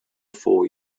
for